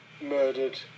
murdered